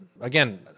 again